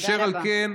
אשר על כן,